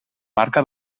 marca